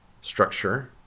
structure